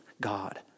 God